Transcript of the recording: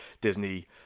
Disney